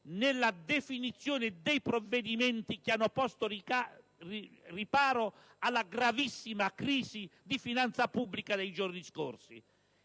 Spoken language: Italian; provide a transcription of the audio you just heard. nella definizione dei provvedimenti che hanno posto riparo alla gravissima crisi di finanza pubblica dei giorni scorsi.